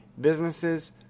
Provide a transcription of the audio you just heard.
businesses